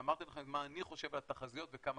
ואמרתי לכם מה אני חושב על תחזיות וכמה